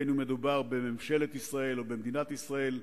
אם מדובר בממשלת ישראל או במדינת ישראל,